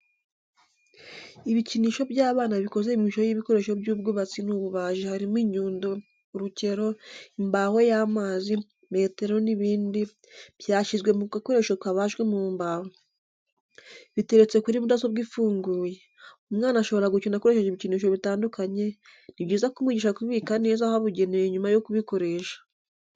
Ibikinisho by'abana bikoze mu ishusho y'ibikoresho by'ubwubatsi n'ububaji harimo inyundo, urukero, imbaho y'amazi, metero n'ibindi, byashyizwe mu gakoresho kabajwe mu mbaho. Biteretse kuri mudasobwa ifunguye. Umwana ashobora gukina akoresheje ibikinisho bitandukanye, ni byiza kumwigisha kubibika neza ahabugenewe nyuma yo kubikoresha.